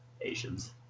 Asians